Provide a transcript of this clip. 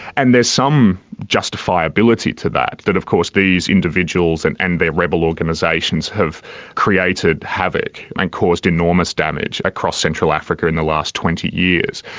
and there's some justifiability to that, that of course these individuals and and their rebel organisations have created havoc and caused enormous damage across central africa in the last twenty years.